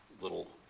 little